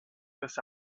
this